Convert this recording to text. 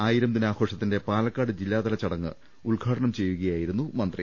ആയിരം ദിനാഘോഷത്തിന്റെ പാല ക്കാട് ജില്ലാതല ചടങ്ങ് ഉദ്ഘാടനം ചെയ്യുകയായിരുന്നുമന്ത്രി